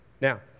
Now